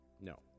No